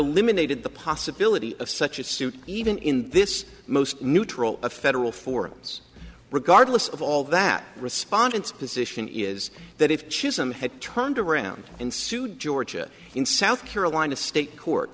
eliminated the possibility of such a suit even in this most neutral of federal forums regardless of all that respondents position is that if chisholm had turned around and sued georgia in south carolina a state court